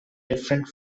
different